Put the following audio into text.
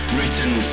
Britain